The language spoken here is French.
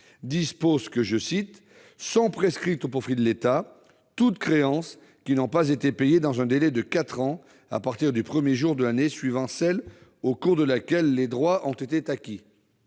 dispose que « sont prescrites au profit de l'État [...] toutes créances qui n'ont pas été payées dans un délai de quatre ans à partir du premier jour de l'année suivant celle au cours de laquelle les droits ont été acquis.